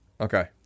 Okay